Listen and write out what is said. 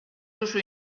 duzu